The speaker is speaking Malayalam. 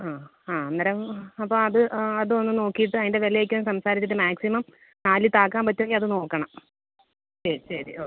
ആ ആ അന്നേരം അപ്പം അത് ആ അതൊന്ന് നോക്കിയിട്ട് അതിന്റെ വിലയൊക്കെ ഒന്ന് സംസാരിച്ചിട്ട് മാക്സിമം നാലിൽ താഴ്ക്കാൻ പറ്റുമെങ്കിൽ അത് നോക്കണം ശരി ശരി ഓക്കെ